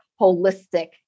holistic